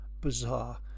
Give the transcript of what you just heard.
bizarre